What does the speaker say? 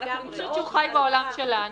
אני חושבת שהוא חי בעולם שלנו.